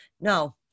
No